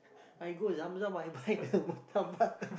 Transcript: I go Zam Zam I buy the Murtabak